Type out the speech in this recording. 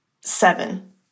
Seven